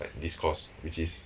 like this course which is